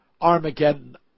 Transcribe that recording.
Armageddon